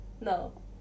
No